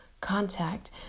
contact